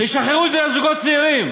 תשחררו את זה לזוגות צעירים,